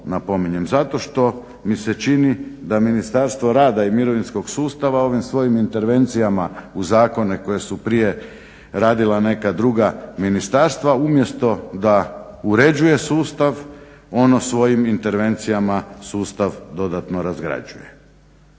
Zato što mi se čini da Ministarstvo rada i mirovinskog sustava ovim svojim intervencijama u zakone koji su prije radila neka druga ministarstva, umjesto da uređuje sustav ono svojim intervencijama sustav dodatno razgrađuje,